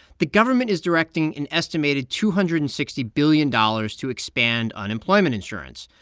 the government is directing an estimated two hundred and sixty billion dollars to expand unemployment insurance.